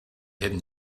hidden